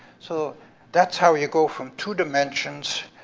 so that's how you go from two dimensions,